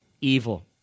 Evil